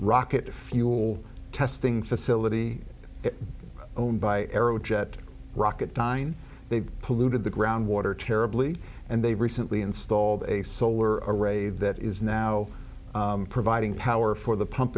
rocket fuel testing facility owned by aerojet rocketdyne they've polluted the groundwater terribly and they've recently installed a solar array that is now providing power for the pump